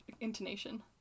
intonation